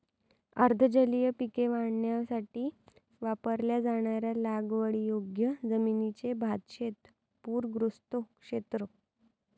अर्ध जलीय पिके वाढवण्यासाठी वापरल्या जाणाऱ्या लागवडीयोग्य जमिनीचे भातशेत पूरग्रस्त क्षेत्र